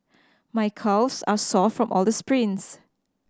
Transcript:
my calves are sore from all the sprints